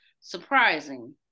surprising